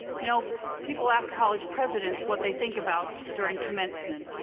you know, people ask college presidents what they think about during commencement.